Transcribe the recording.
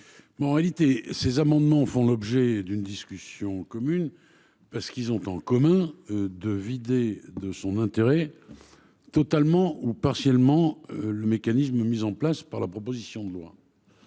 ? Si ces amendements font l’objet d’une discussion commune, c’est parce qu’ils ont en commun de vider de son intérêt, totalement ou partiellement, le mécanisme mis en place par la proposition de loi.